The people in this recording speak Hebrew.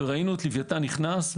וראינו את לוויתן נכנס.